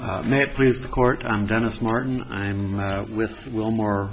the court i'm dennis martin i'm with will more